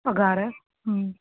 पघारु हम्म